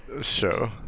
show